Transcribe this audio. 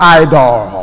idol